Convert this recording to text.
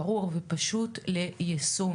ברור ופשוט ליישום,